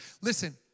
Listen